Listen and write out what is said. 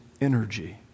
energy